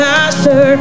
Master